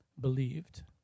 believed